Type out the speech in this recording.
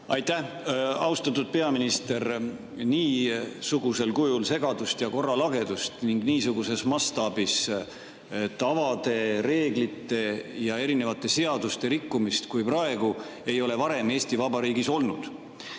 Aitäh! Austatud peaminister! Niisugusel kujul segadust ja korralagedust ning niisuguses mastaabis tavade, reeglite ja seaduste rikkumist kui praegu ei ole varem Eesti Vabariigis olnud.